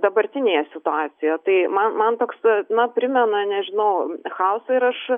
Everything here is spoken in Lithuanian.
dabartinėje situacijoje tai man man toks na primena nežinau chaosą ir aš